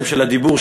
של הדיבור,